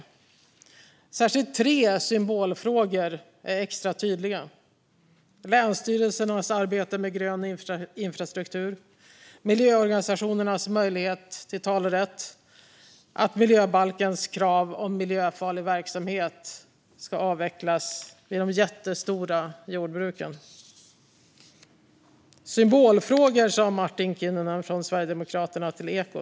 Det är särskilt tre symbolfrågor som är extra tydliga: Länsstyrelsernas arbete med grön infrastruktur, miljöorganisationernas möjlighet till talerätt och att miljöbalkens krav om miljöfarlig verksamhet ska avvecklas i de jättestora jordbruken. Det här är symbolfrågor sa Martin Kinnunen från Sverigedemokraterna till Ekot .